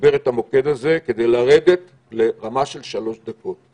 לתגבר את המוקד הזה כדי לרדת לרמה של שלוש דקות.